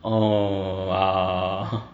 orh ah